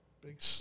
Big